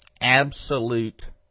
Absolute